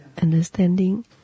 Understanding